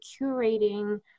curating